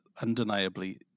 undeniably